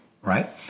right